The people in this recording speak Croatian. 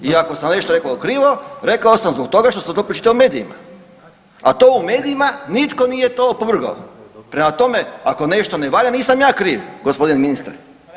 I ako sam nešto rekao krivo, rekao sam zbog toga što sam to pročitao u medijima, a to u medijima nitko nije to opovrgao, prema tome, ako nešto ne valja, nisam ja kriv, g. ministre.